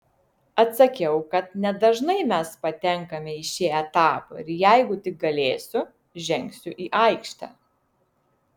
atsakiau kad nedažnai mes patenkame į šį etapą ir jeigu tik galėsiu žengsiu į aikštę